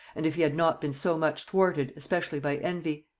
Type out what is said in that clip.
and if he had not been so much thwarted, especially by envy.